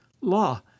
law